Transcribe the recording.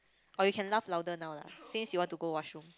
or you can laugh louder now lah since you want to go washroom